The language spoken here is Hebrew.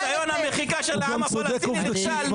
ניסיון המחיקה של העם הפלסטיני נכשל.